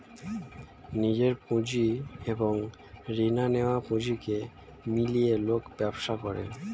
নিজের পুঁজি এবং রিনা নেয়া পুঁজিকে মিলিয়ে লোক ব্যবসা করে